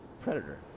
Predator